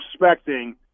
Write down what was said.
respecting